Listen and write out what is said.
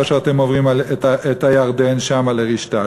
אשר אתם עֹברים את הירדן שמה לרשתה,